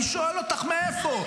אני שואל אותך, מאיפה?